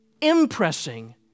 impressing